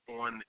on